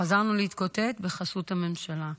חזרנו להתקוטט בחסות הממשלה,